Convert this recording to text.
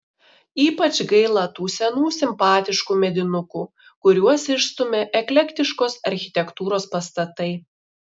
ypač gaila tų senų simpatiškų medinukų kuriuos išstumia eklektiškos architektūros pastatai